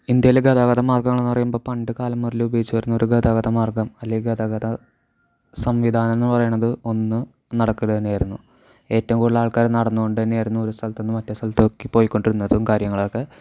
ഇന്ത്യയിലെ ഗതാഗതമാർഗ്ഗങ്ങളെന്ന് പറയുമ്പോൾ പണ്ടുകാലം മുതലേ ഉപയോഗിച്ചുവരുന്ന ഒരു ഗതാഗതമാർഗ്ഗം അല്ലേൽ ഗതാഗതസംവിധാനമെന്ന് പറയണത് ഒന്ന് നടക്കൽ തന്നെയായിരുന്നു ഏറ്റവും കൂടുതൽ ആൾക്കാർ നടന്നുകൊണ്ടുതന്നെയായിരുന്നു ഒരുസ്ഥലത്തുനിന്ന് മറ്റൊരു സ്ഥലത്തേക്ക് പോയിക്കൊണ്ടിരുന്നതും കാര്യങ്ങളൊക്കെ